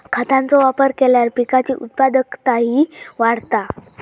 खतांचो वापर केल्यार पिकाची उत्पादकताही वाढता